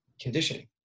conditioning